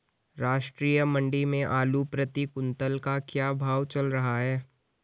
राष्ट्रीय मंडी में आलू प्रति कुन्तल का क्या भाव चल रहा है?